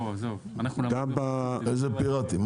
איזה פיראטי?